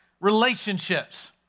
relationships